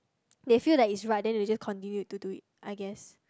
they feel that it's right then they just continue to do it I guess